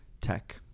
tech